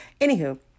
anywho